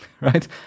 right